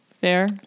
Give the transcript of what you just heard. fair